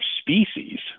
species